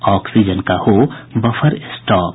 oxygen का हो buffer stock